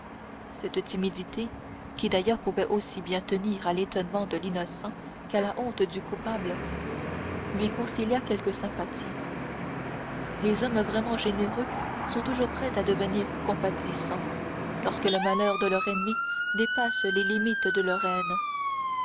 cette timidité qui d'ailleurs pouvait aussi bien tenir à l'étonnement de l'innocent qu'à la honte du coupable lui concilia quelques sympathies les hommes vraiment généreux sont toujours prêts à devenir compatissants lorsque le malheur de leur ennemi dépasse les limites de leur haine